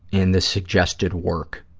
in the suggested work.